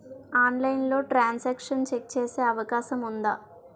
ఆన్లైన్లో transaction check చేసే అవకాశం ఉందా?